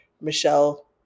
michelle